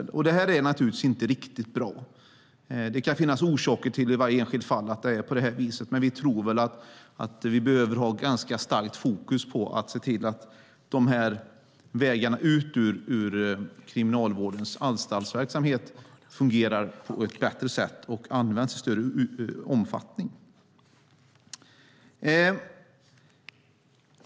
Detta är naturligtvis inte riktigt bra. I varje enskilt fall kan det finnas orsaker till att det är på det här viset, men vi skulle nog behöva ha ett ganska starkt fokus på att se till att vägarna ut ur Kriminalvårdens anstaltsverksamhet fungerar på ett bättre sätt och används i större omfattning.